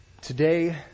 Today